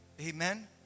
amen